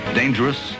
dangerous